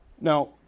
Now